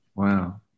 Wow